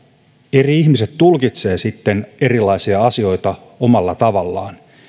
eri ihmiset tulkitsevat sitten erilaisia asioita omalla tavallaan